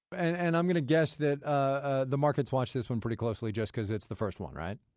and i'm going to guess that ah the markets watch this one pretty closely just because it's the first one, right?